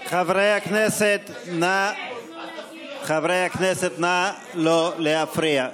חברי הכנסת, נא לא להפריע.